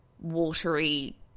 watery